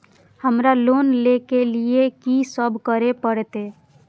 हमरा लोन ले के लिए की सब करे परते?